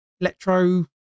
electro